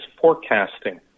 forecasting